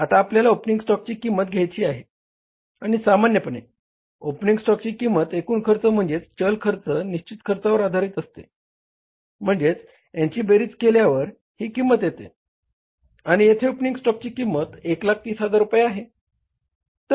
आता आपल्याला ओपनिंग स्टॉकची किंमत घ्यायची आहे आणि सामान्यपणे ओपनिंग स्टॉकची किंमत एकूण खर्च म्हणजेच चल खर्च व निश्चित खर्चावर आधारित असते म्हणजेच यांची बेरीज केल्यावर ही किंमत येते आणि येथे ओपनिंग स्टॉकची किंमत 130000 रुपये आहे